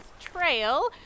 trail